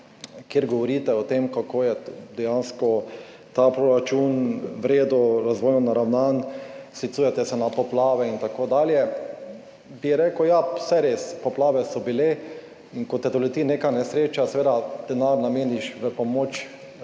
ko govorite o tem, kako je dejansko ta proračun v redu, razvojno naravnan, sklicujete se na poplave in tako dalje. Bi rekel, ja, saj res, poplave so bile in ko te doleti neka nesreča, seveda denar nameniš v pomoč tej